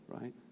Right